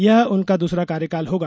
यह उनका दूसरा कार्यकाल होगा